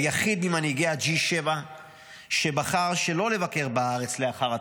היחיד ממנהיגי ה-G7 שבחר שלא לבקר בארץ לאחר הטבח,